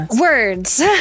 words